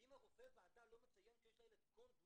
ואם רופא הוועדה לא מציין שיש לילד קונדוויט,